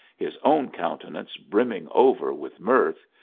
his own countenance brimming over with mirth.